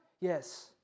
Yes